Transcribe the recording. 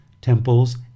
temples